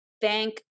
thank